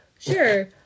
Sure